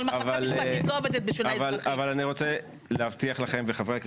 אבל המחלקה המשפטית לא עובדת בשביל האזרחים.